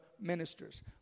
ministers